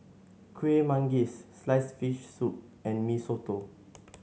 Kueh Manggis sliced fish soup and Mee Soto